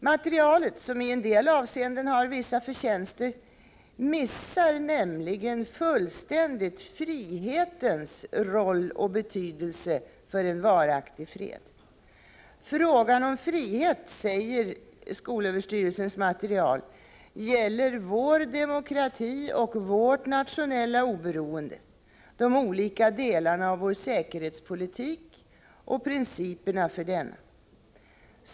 Materialet, som i en del avseenden har vissa förtjänster, missar nämligen fullständigt frihetens roll och betydelse för en varaktig fred. Frågan om frihet, säger skolöverstyrelsens material, gäller vår demokratioch = Prot. 1985/86:32 vårt nationella oberoende, de olika delarna av vår säkerhetspolitik och 20november 1985 principerna för denna.